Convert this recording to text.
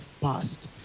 past